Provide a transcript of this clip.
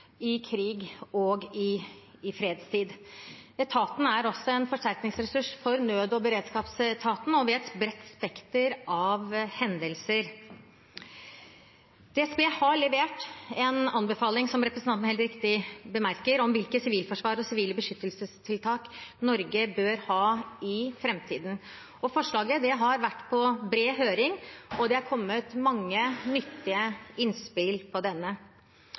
i krig og i fredstid. Etaten er også en forsterkningsressurs for nød- og beredskapsetaten og ved et bredt spekter av hendelser. DSB har levert en anbefaling – som representanten helt riktig bemerker – om hva slags sivilforsvar og hva slags sivile beskyttelsestiltak Norge bør ha i framtiden. Forslaget har vært på bred høring, og det har kommet mange nyttige innspill.